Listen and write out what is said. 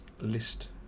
list